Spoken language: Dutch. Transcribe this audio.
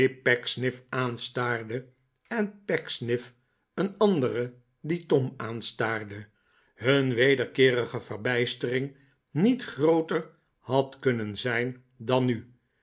aanstaarde en pecksniff een andere die tom aanstaarde hun wederkeerige verbijstering niet grooter had kunnen zijn dan mi